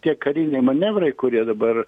tie kariniai manevrai kurie dabar